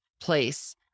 place